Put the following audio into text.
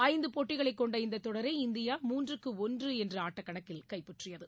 ஐந்து போட்டிகளை கொண்ட இந்த தொடரை இந்தியா மூன்றுக்கு ஒன்று ஆட்டக்கணக்கில் கைப்பற்றியது